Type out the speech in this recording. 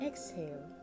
Exhale